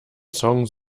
song